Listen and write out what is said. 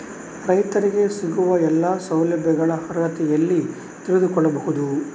ರೈತರಿಗೆ ಸಿಗುವ ಎಲ್ಲಾ ಸೌಲಭ್ಯಗಳ ಅರ್ಹತೆ ಎಲ್ಲಿ ತಿಳಿದುಕೊಳ್ಳಬಹುದು?